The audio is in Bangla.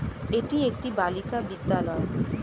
এটি একটি বালিকা বিদ্যালয়